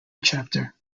chapter